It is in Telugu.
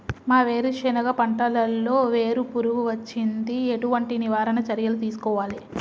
మా వేరుశెనగ పంటలలో వేరు పురుగు వచ్చింది? ఎటువంటి నివారణ చర్యలు తీసుకోవాలే?